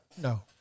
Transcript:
No